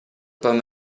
poi